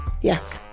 Yes